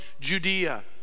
Judea